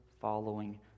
following